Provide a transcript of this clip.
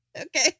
Okay